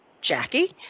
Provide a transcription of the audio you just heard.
Jackie